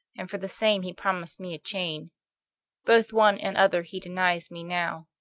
and for the same he promis'd me a chain both one and other he denies me now.